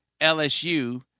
LSU